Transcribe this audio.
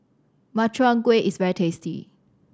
Makchang Gui is very tasty